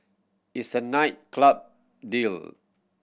it's a night club duel